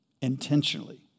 intentionally